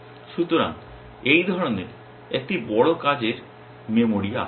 সুতরাং এই ধরনের একটি বড় কাজের মেমরি আছে